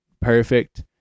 perfect